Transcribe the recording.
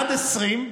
עד 20,